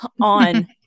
on